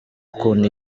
ukuntu